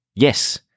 Yes